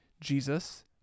jesus